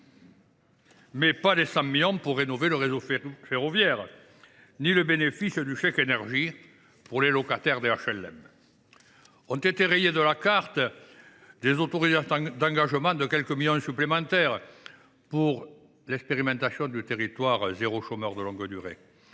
à défaut des 100 millions d’euros pour rénover le réseau ferroviaire ou du bénéfice du chèque énergie pour les habitants des HLM. Ont été rayées de la carte des autorisations d’engagement de quelques millions d’euros supplémentaires pour l’expérimentation « territoires zéro chômeur de longue durée